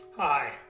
Hi